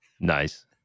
Nice